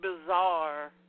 bizarre